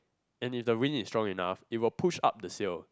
and if the wind is strong enough it will push up the sail